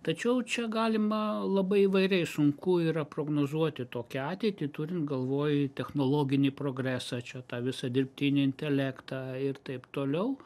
tačiau čia galima labai įvairiai sunku yra prognozuoti tokią ateitį turint galvoj technologinį progresą čia tą visą dirbtinį intelektą ir taip toliau